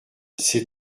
ces